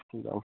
फिर और